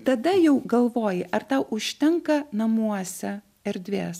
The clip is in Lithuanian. tada jau galvoji ar tau užtenka namuose erdvės